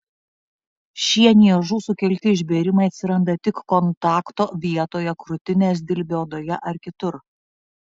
šie niežų sukelti išbėrimai atsiranda tik kontakto vietoje krūtinės dilbio odoje ar kitur